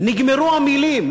נגמרו המילים.